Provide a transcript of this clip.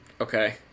Okay